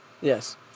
Yes